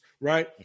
right